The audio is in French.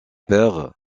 père